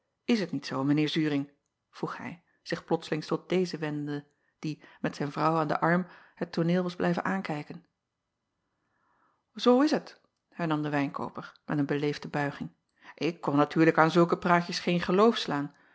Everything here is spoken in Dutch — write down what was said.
is t niet zoo mijn eer uring vroeg hij zich plotslings tot dezen wendende die met zijn vrouw aan den arm het tooneel was blijven aankijken oo is het hernam de wijnkooper met een be acob van ennep laasje evenster delen leefde buiging ik kon natuurlijk aan zulke praatjes geen geloof slaan